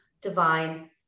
divine